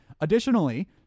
Additionally